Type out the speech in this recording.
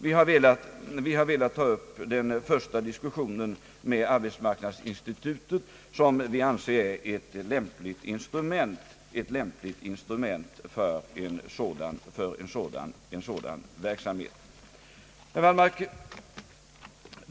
Vi har velat ta upp en första diskussion med arbetsmarknadsinstitutet, som vi anser är ett lämpligt instrument för en sådan verksamhet. Herr Wallmark!